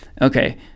Okay